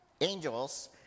Angels